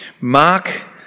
Mark